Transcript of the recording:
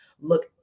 look